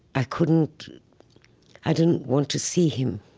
i couldn't i didn't want to see him,